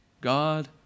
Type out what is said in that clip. God